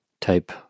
type